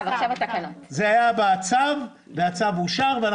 והצו אושר.